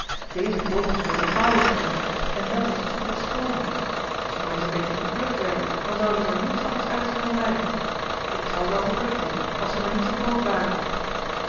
deze vogels worden pauwen genoemd en dat is het schoone als ze maar eens een beetje geplukt werden dan zouden zij er niets anders uitzien dan wij ik zou ze al geplukt hebben als ze maar niet zoo groot waren